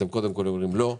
אתם קודם כל אומרים "לא",